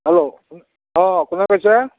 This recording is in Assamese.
হেল্ল' অঁ কোনে কৈছে